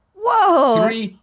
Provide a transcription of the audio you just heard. Whoa